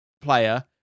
player